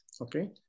okay